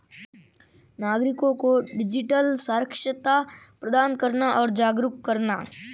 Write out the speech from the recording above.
नागरिको को डिजिटल साक्षरता प्रदान करना और जागरूक करना